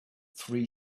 three